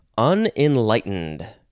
unenlightened